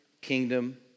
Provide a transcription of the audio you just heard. kingdom